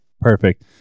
Perfect